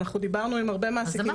אנחנו דיברנו עם הרבה מעסיקים